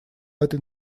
этой